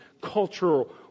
cultural